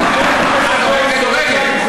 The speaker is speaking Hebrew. תם זמנך.